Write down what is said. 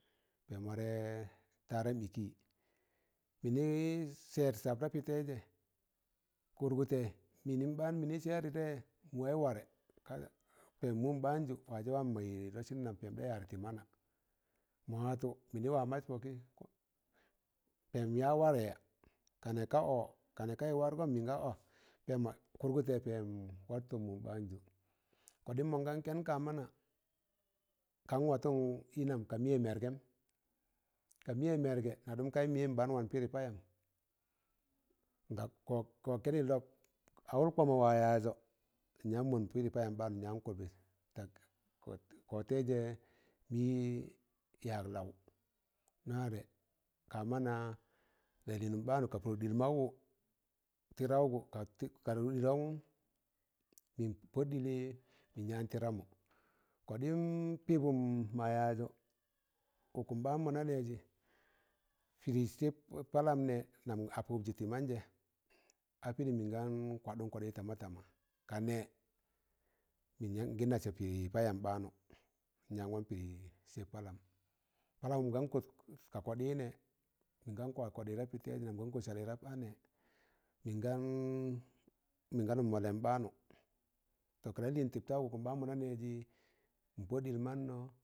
Pẹm warẹ taram ịkị, mịnị sẹẹr sab da pị taịzẹ. Kụrgụtẹ mịnịm ɓaan mịnị sẹẹrị taịyẹ mụ waị warẹ, ka pẹm mụm ɓaan jụ wajẹ wam mọị lọsịn nam pẹm ɗa ya tị mana, mọ watụ mịnị wa maz pọkị pẹm ya wai ya? ka nẹg ka ọ ka nẹg kayị wargọm mịnga ọ, kụrgụtẹ pẹm war tọm mụm ɓaan jụ, kọɗịm mọn gan kẹn ka mana kan watun i nam ka miye mergem ka mụyẹ mẹrgẹ na ɗụm kaị mịnyẹn baan wan pịrị payam ga kọ kẹnịlọb, awụr kpọmọ wa yaazọ nyaan mọnd pịrị payam ɓaanụ, nyaan kọbị, tak kọ taịzẹ mị yak laụ na warẹ ka mana lalịịnụm ɓaanụ, ka pọdụk ɗil maụwụ tịraụgụ kaɗị tịrgọm mịn pọd ɗịlị mịn yaan tịramụ kọdịm pịbụm ma yaajo ụkụm baan mọna nẹẹjị pịrị sẹb palam nẹ nam apụpjị tị manjẹ a pịrịm mịn gan kwadụm kọɗị tamatama, kanẹ ngị nasẹ pịrị payam ɓaanụ nyaan wan pịrị sẹb palam palamụm gan kọt ga kọɗị nẹ mịn gan kwa kọɗị nam gan kọt salị rap a nẹ, mịn gan- min gano molem ɓaanu tọ ka lalịịn tiɗagun, ụkụm ɓaan mọna nẹẹjị, ịn pọd ɗịl mannọ.